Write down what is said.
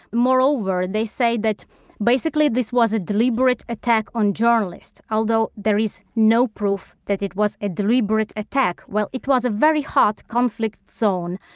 moreover, they say that basically this was a deliberate attack on journalists, although there is no proof that it was a deliberate attack. well, it was a very hot conflict zone.